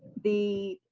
the